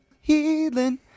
healing